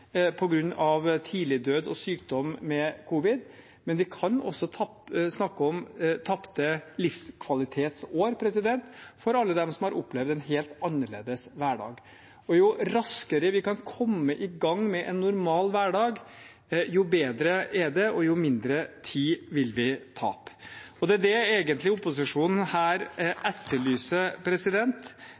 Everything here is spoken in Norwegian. tidlig død og sykdom med covid-19, men vi kan også snakke om tapte livskvalitetsår for alle dem som har opplevd en helt annerledes hverdag. Jo raskere vi kan komme i gang med en normal hverdag, jo bedre er det, og jo mindre tid vil vi tape. Det er egentlig det opposisjonen her etterlyser: